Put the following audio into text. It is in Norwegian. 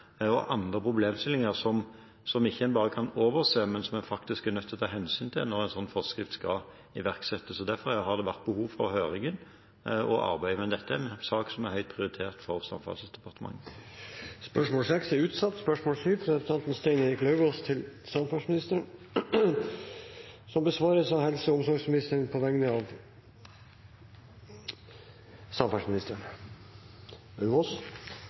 og andre problemstillinger som en ikke bare kan overse, men som en faktisk er nødt til å ta hensyn til når en slik forskrift skal iverksettes. Derfor har det vært behov for høringen, og arbeidet med dette er en sak som er høyt prioritert for Samferdselsdepartementet. Dette spørsmålet er utsatt. Dette spørsmålet, fra representanten Stein Erik Lauvås til samferdselsministeren, vil bli besvart av helse- og omsorgsministeren på vegne av samferdselsministeren,